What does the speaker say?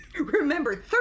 Remember